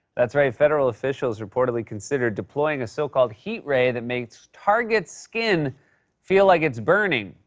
that's right, federals officials reportedly considered deploying a so-called heat ray that makes targets' skin feel like it's burning,